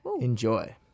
Enjoy